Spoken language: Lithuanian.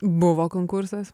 buvo konkursas